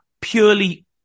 purely